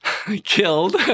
killed